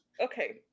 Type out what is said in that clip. Okay